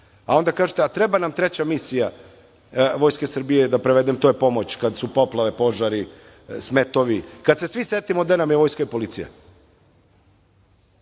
kažete – a treba nam treća misija Vojske Srbije, da prevedem, to je pomoć kada su poplave, požari, smetovi, kada se svi setimo gde nam je Vojska i policija,